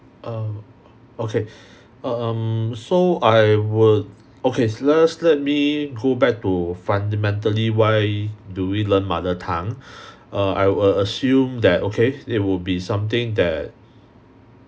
um okay um so I would okay just let me go back to fundamentally why do we learn mother tongue uh I will assume that okay it would be something that